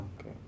okay